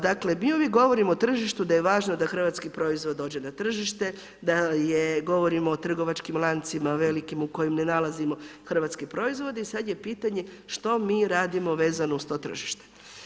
Dakle, mi uvijek govorimo o tržištu da je važno da hrvatski proizvod dođe na tržište, govorimo o trgovačkim lancima velikim u kojima ne nalazimo hrvatske proizvode i sad je pitanje što mi radimo vezano uz to tržište.